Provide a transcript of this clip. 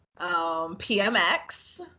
PMX